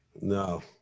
No